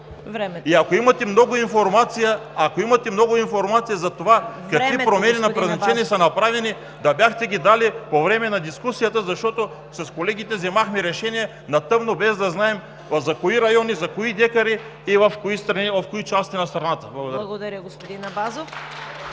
Ако имате много информация за това какви промени на предназначение са направени, да бяхте ги дали по време на дискусията, защото с колегите взехме решение на тъмно без да знаем за кои райони, за кои декари и в кои части на страната. Благодаря.